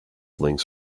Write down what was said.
links